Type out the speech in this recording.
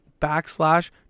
backslash